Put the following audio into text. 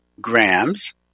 grams